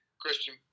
Christian